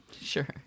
Sure